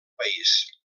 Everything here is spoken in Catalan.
país